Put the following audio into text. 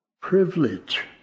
privilege